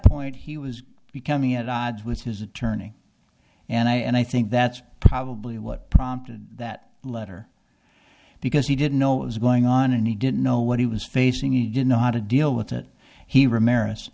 point he was becoming at odds with his attorney and i think that's probably what prompted that letter because he didn't know what was going on and he didn't know what he was facing he didn't know how to deal with it he remarri